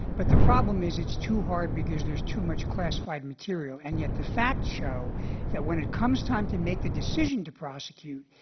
but the problem is it's too hard because there's too much classified material. and yet the facts show that when it comes time to make the decision to prosecute,